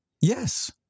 Yes